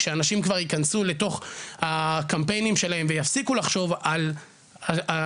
כשאנשים כבר ייכנסו לתוך הקמפיינים שלהם ויפסיקו לחשוב על הסביבה,